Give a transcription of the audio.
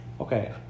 Okay